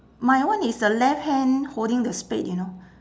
my one is the left hand holding the spade you know